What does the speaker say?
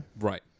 Right